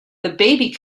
baby